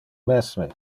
mesme